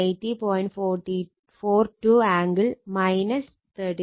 42 angle 36